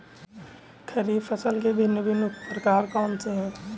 खरीब फसल के भिन भिन प्रकार कौन से हैं?